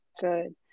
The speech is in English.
good